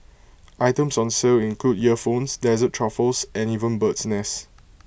items on sale include earphones dessert truffles and even bird's nest